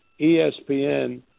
espn